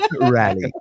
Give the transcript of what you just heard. rally